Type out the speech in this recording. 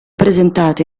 presentato